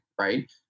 right